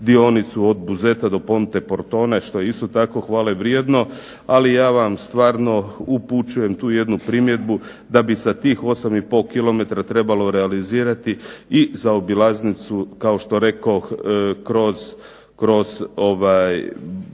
dionicu od Buzeta do Ponte Portone što je isto tako hvale vrijedno. Ali ja vam stvarno upućujem tu jednu primjedbu da bi sa tih 8,5 km trebalo realizirati i zaobilaznicu kroz Barban.